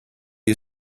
you